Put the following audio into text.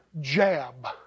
jab